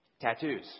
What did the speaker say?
Tattoos